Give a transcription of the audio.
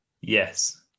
Yes